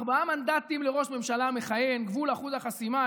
ארבעה מנדטים לראש ממשלה מכהן, גבול אחוז החסימה.